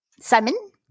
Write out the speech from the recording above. Simon